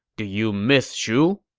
do you miss shu?